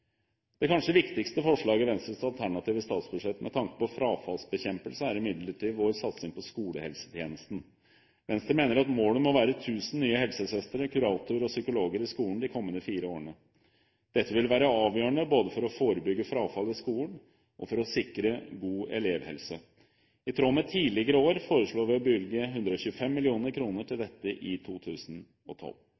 Det kanskje viktigste forslaget i Venstres alternative statsbudsjett med tanke på frafallsbekjempelse er imidlertid vår satsing på skolehelsetjenesten. Venstre mener at målet må være 1 000 nye helsesøstre, kuratorer og psykologer i skolen de kommende fire årene. Dette vil være avgjørende både for å forebygge frafall i skolen og for å sikre god elevhelse. I tråd med tidligere år foreslår vi å bevilge 125 mill. kr til